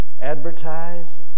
advertise